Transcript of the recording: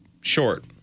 short